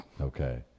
Okay